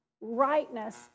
Rightness